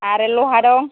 आरो लहा दं